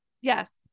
yes